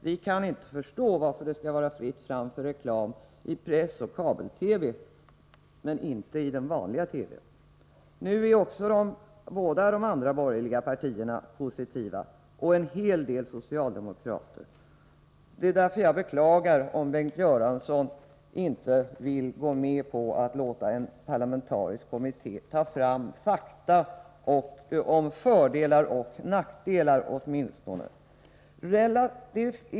Vi kan inte förstå varför det skall vara fritt fram för reklam i press och kabel-TV, men inte i den vanliga TV-n. Båda de andra borgerliga partierna är också positiva till tanken, och en hel del socialdemokrater. Det är därför som jag beklagar om Bengt Göransson nu inte vill gå med på att låta en parlamentarisk kommitté ta fram fakta om fördelar och nackdelar åtminstone.